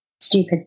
stupid